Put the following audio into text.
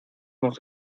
nos